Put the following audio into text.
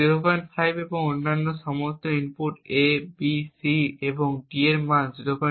05 এবং অন্যান্য সমস্ত ইনপুট A B C এবং D এর মান 025